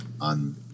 on